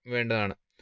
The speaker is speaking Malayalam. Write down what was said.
വേണ്ടതാണ്